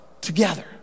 together